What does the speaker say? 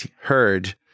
heard